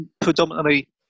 predominantly